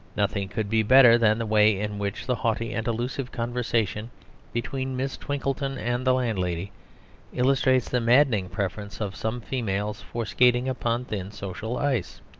nothing could be better than the way in which the haughty and allusive conversation between miss twinkleton and the landlady illustrates the maddening preference of some females for skating upon thin social ice.